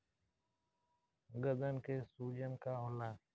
गदन के सूजन का होला?